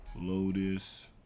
Lotus